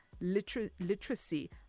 literacy